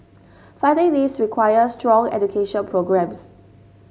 fighting this requires strong education programmes